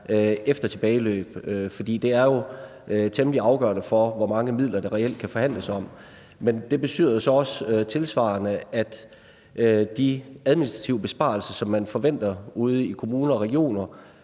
efter tilbageløb. For det er jo temmelig afgørende for, hvor mange midler der reelt kan forhandles om. Men det betyder så også tilsvarende, at de administrative besparelser, som man forventer ude i kommuner og regioner,